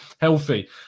healthy